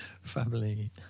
family